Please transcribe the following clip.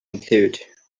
include